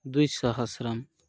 द्विसहस्रं